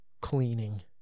cleaning